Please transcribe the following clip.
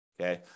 okay